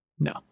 no